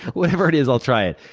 whatever it is, i'll try it.